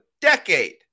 decade